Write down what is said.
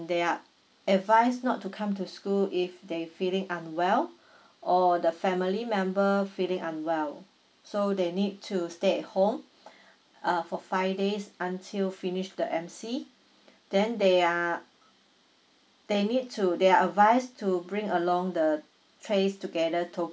they are advised not to come to school if they feeling unwell or the family member feeling unwell so they need to stay at home uh for five days until finish the M_C then they are they need to they are advised to bring along the trace together token